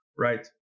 right